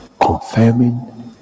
Confirming